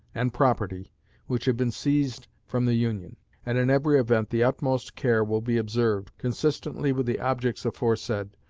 and property which have been seized from the union and in every event the utmost care will be observed, consistently with the objects aforesaid,